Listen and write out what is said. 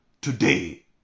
today